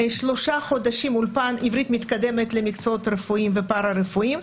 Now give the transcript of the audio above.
שלושה חודשים אולפן עברית מתקדמת למקצועות הרפואיים והפרא רפואיים,